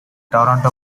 toronto